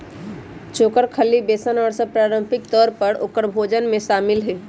चोकर, खल्ली, बेसन और सब पारम्परिक तौर पर औकर भोजन में शामिल हई